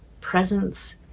presence